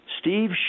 Steve